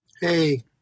Hey